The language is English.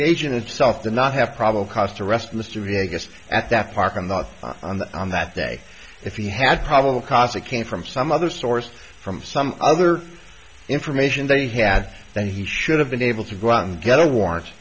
agent itself to not have probable cause to arrest mr vegas at that park on the on the on that day if he had probable cause it came from some other source from some other information they had that he should have been able to go out and get a warrant